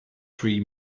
three